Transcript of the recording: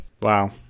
Wow